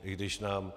I když nám...